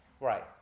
Right